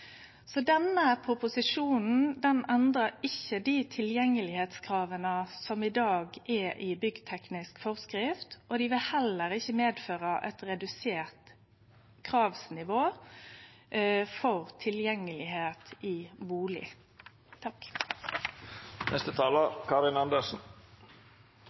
Denne proposisjonen endrar ikkje dei tilgjengelegheitskrava som i dag er i byggteknisk forskrift, og vil heller ikkje medføre eit redusert kravsnivå for tilgjengelegheit i